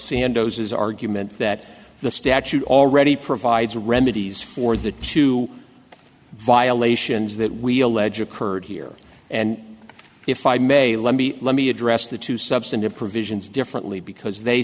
sandoz argument that the statute already provides remedies for the two violations that we allege occurred here and if i may let me let me address the two substantive provisions differently because they